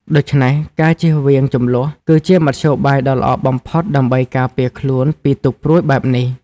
ដូច្នេះ ការជៀសវាងជម្លោះ គឺជាមធ្យោបាយដ៏ល្អបំផុតដើម្បីការពារខ្លួនពីទុក្ខព្រួយបែបនេះ។